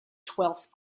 twelfth